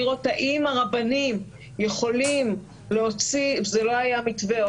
לראות האם הרבנים יכולים להוציא וזה לא היה המתווה,